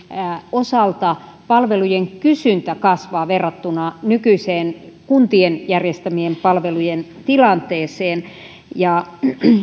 osalta palvelujen kysyntä kasvaa verrattuna nykyiseen kuntien järjestämien palvelujen tilanteeseen ja